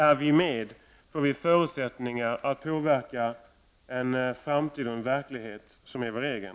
Är vi med, får vi förutsättningar att påverka en framtid och en verklighet som är vår egen.